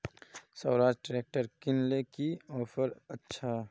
Swaraj tractor किनले की offer अच्छा?